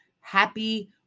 happy